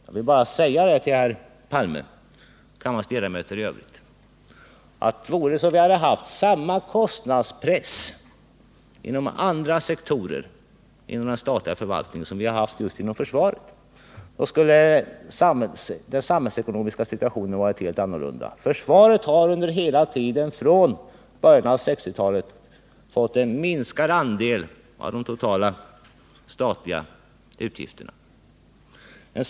Jag vill säga till herr Palme och kammarens ledamöter i övrigt att den samhällsekonomiska situationen skulle ha varit helt annorlunda, om man inom andra sektorer av den statliga förvaltningen hade haft samma kostnadspress som inom försvaret. Försvaret har hela tiden från början av 1960-talet fått en minskad andel av de totala statliga anslagen.